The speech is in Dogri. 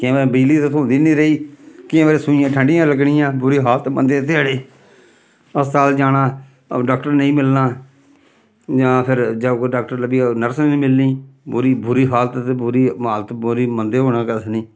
केईं बारी बिजली ते थ्होंदी निं रेही केईं बारी सुइयां ठंडियां लग्गनियां बुरी हालत मंदे ध्याड़े अस्पताल जाना डाक्टर नेईं मिलना जां फिर जां कोई डाक्टर लब्भी जा नर्स न मिलनी बुरी बुरी हालत ते बुरी हालत बुरी मंदे होना कक्ख निं